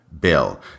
Bill